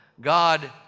God